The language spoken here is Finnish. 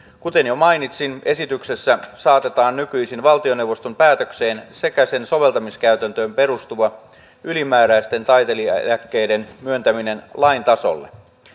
kuten jo mainitsin esityksessä saatetaan nykyisin valtioneuvoston päätökseen sekä sen soveltamiskäytäntöön perustuva ylimääräisten taiteilijaeläkkeiden myöntäminen lain tasolle